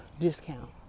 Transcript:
discount